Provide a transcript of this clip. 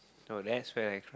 oh that's when I cry